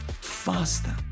faster